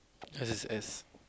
yours is S